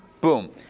boom